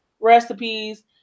recipes